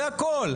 זה הכול.